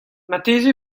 marteze